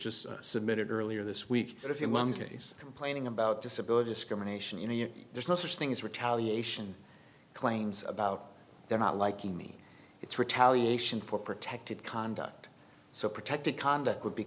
just submitted earlier this week that if you monkeys complaining about disability discrimination you know there's no such thing as retaliation claims about they're not liking me it's retaliation for protected conduct so protected conduct would be